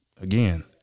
Again